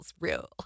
real